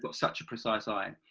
but such a precise eye.